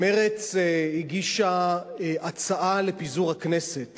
מרצ הגישה הצעה לפיזור הכנסת